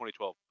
2012